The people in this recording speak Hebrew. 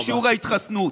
בשיעור ההתחסנות.